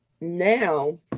now